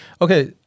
Okay